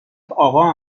آقا